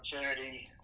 opportunity